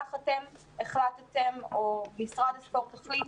כך אתם החלטתם או משרד הספורט החליט.